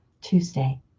Tuesday